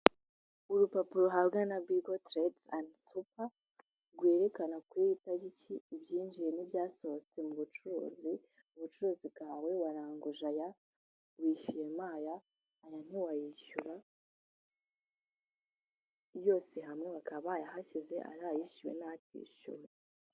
Urupapuro uhabwa na Bigo trade andi super rwerekana kuri iyi tariki ibyinjiye n'ibyasohotse mu bucuruzi, ubucuruzi bwawe waranguje aya, wishyuyema aya, aya ntiwayishyura, yose hamwe bakaba bayahashyize ari ayishyuwe n' atishyuwe.